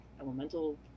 elemental